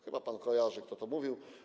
Chyba pan kojarzy, kto to mówił.